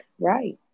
Right